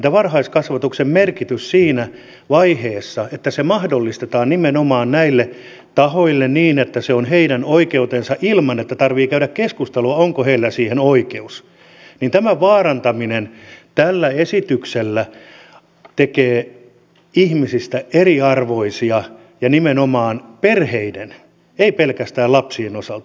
jos varhaiskasvatus mahdollistetaan siinä vaiheessa nimenomaan näille tahoille niin että se on heidän oikeutensa ilman että tarvitsee käydä keskustelua siitä onko heillä siihen oikeus niin sen vaarantaminen tällä esityksellä tekee ihmisistä eriarvoisia ja nimenomaan perheiden ei pelkästään lapsien osalta